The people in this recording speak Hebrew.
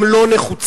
הם לא נחוצים.